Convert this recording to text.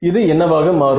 இது என்னவாக மாறும்